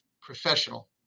professional